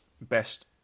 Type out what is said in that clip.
best